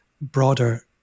broader